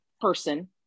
person